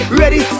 ready